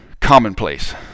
commonplace